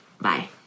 Bye